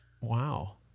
Wow